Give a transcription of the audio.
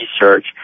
research